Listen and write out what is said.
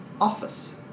office